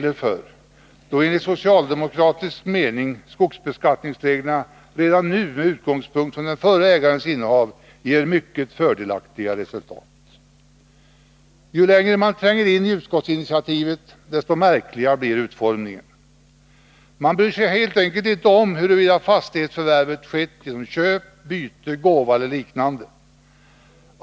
Enligt socialdemokratisk mening ger skogsbeskattningsreglerna redan med utgångspunkt i den förre ägarens innehav mycket fördelaktiga resultat. Ju längre man tränger in i utskottsinitiativet, desto märkligare blir utformningen. Man bryr sig helt enkelt inte om huruvida fastighetsförvärvet skett genom köp, byte, gåva eller liknande.